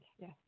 yes